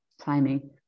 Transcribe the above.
timing